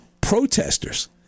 protesters